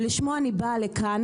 ולשמו אני כאן,